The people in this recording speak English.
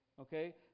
okay